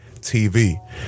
TV